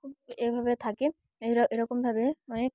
খুব এভাবে থাকে এ এরকমভাবে অনেক